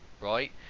right